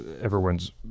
everyone's